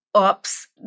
oops